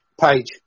page